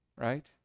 right